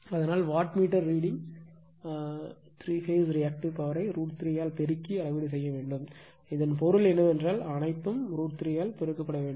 அதனால் watt meter reading three phase reactive பவர்யை √ 3 ஆல் பெருக்கி அளவீடு செய்ய வேண்டும் இதன் பொருள் என்னவென்றால் அனைத்தும் √ 3 ஆல் பெருக்கப்பட வேண்டும்